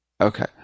Okay